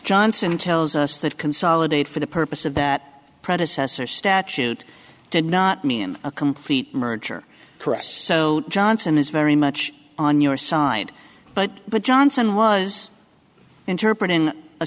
johnson tells us that consolidate for the purpose of that predecessor statute did not mean a complete merger trust so johnson is very much on your side but but johnson was interpret in a